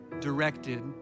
directed